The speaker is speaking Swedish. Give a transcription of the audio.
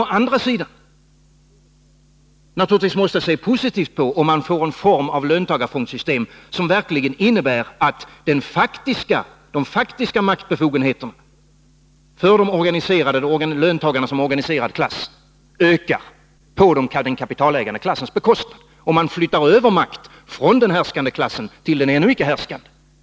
Å andra sidan måste de naturligtvis se positivt på en form av löntagarfondssystem som verkligen innebär att de faktiska maktbefogenheterna för löntagarna som organiserad klass ökar på den kapitalägande klassens bekostnad och att man flyttar över makt från den härskande klassen till den ännu icke härskande.